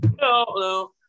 no